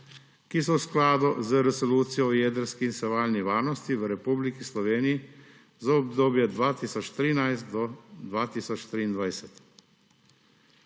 ki so v skladu z Resolucijo o jedrski in sevalni varnosti v Republiki Sloveniji za obdobje 2013−2023.